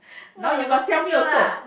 now you must tell me also